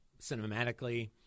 cinematically